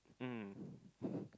mm